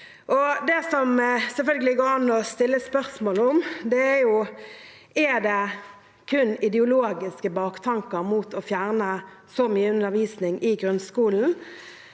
Det som det selvfølgelig går an å stille spørsmål om, er: Er det kun ideologiske baktanker rundt å fjerne så mye undervisning i grunnskolen,